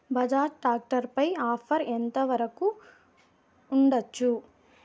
Bajaj tractor పై offer ఎంత వరకు ఉండచ్చు?